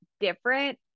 different